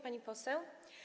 Pani Poseł!